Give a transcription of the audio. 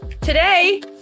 today